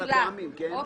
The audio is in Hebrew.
אושר.